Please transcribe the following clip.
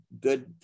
good